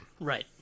Right